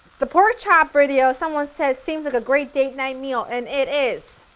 the pork chop video, someone says seems like a great date night meal and it is!